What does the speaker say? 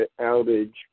outage